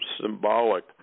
symbolic